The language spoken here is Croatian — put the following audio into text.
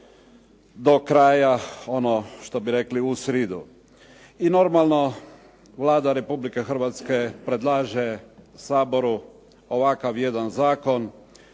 do kraja, ono što bi rekli u sridu. I normalno, Vlada Republike Hrvatske predlaže Saboru ovakav jedan zakon